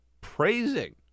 praising